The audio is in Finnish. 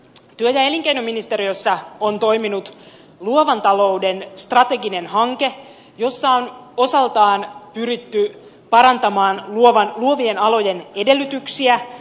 työ ja elinkeinoministeriössä on toiminut luovan talouden strateginen hanke jossa on osaltaan pyritty parantamaan luovien alojen edellytyksiä